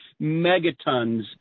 megatons